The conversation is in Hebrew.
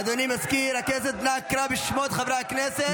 אדוני מזכיר הכנסת, נא הקרא בשמות חברי הכנסת.